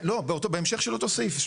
בהמשך של אותו סעיף.